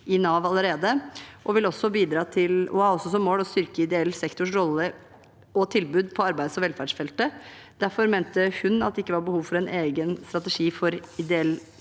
i Nav allerede og har også som mål å styrke ideell sektors rolle og tilbud på arbeids- og velferdsfeltet. Derfor mente hun at det ikke var behov for en egen strategi for ideell